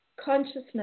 consciousness